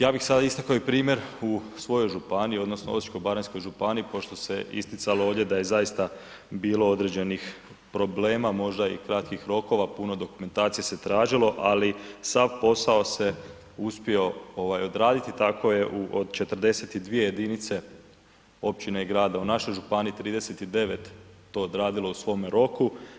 Ja bih sada istakao i primjer u svojoj županiji, odnosno Osječko-baranjskoj županiji, kao što se isticalo ovdje da je zaista bilo određenih problema, možda i kratkih rokova, puno dokumentacije se tražilo, ali sav posao se uspio odraditi, tako je od 42 jedinice općina i grada u našoj županiji, 39 to odradilo u svome roku.